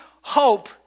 hope